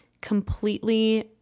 completely